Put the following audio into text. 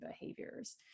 behaviors